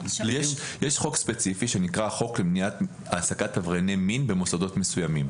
יש חוק ספציפי שנקרא חוק למניעת העסקת עברייני מין במוסדות מסוימים.